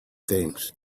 things